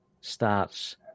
starts